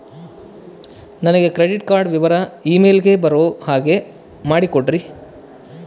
ನನಗೆ credit card ವಿವರ email ಗೆ ಬರೋ ಹಾಗೆ ಮಾಡಿಕೊಡ್ರಿ?